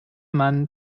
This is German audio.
mann